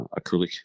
acrylic